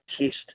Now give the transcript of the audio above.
test